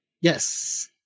yes